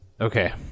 Okay